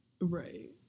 right